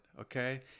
Okay